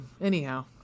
anyhow